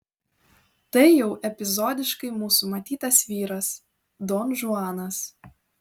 tai jau epizodiškai mūsų matytas vyras donžuanas